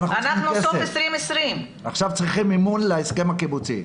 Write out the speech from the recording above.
בסוף 2020. עכשיו צריכים מימון להסכם הקיבוצי.